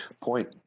point